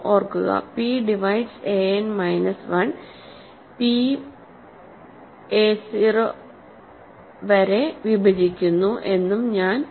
ഓർക്കുക p divides an minus 1pവരെ a0 യെ വിഭജിക്കുന്നു എന്നും ഞാൻ അനുമാനിച്ചു